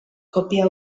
kopia